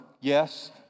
Yes